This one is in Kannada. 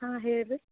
ಹಾಂ ಹೇಳಿ ರೀ